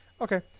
Okay